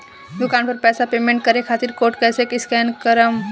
दूकान पर पैसा पेमेंट करे खातिर कोड कैसे स्कैन करेम?